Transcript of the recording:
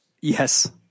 Yes